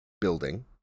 building